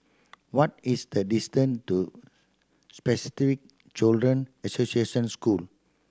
what is the distance to Spastic Children Association School